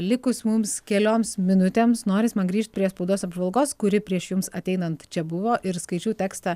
likusių mums kelioms minutėms noris man grįžt prie spaudos apžvalgos kuri prieš jums ateinant čia buvo ir skaičiau tekstą